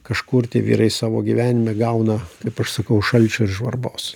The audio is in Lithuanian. kažkur tie vyrai savo gyvenime gauna kaip aš sakau šalčio ir žvarbos